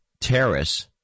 Terrace